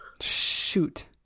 shoot